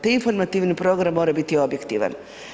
Taj informativni program mora biti objektivan.